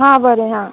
हा बरें हा